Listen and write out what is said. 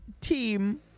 team